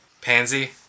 Pansy